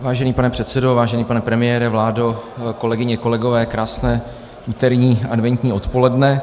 Vážený pane předsedo, vážený pane premiére, vládo, kolegyně a kolegové, krásné úterní adventní odpoledne.